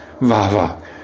vava